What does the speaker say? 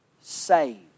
saved